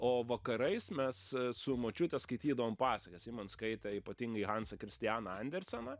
o vakarais mes su močiute skaitydavom pasakas ji man skaitė ypatingai hansą kristianą anderseną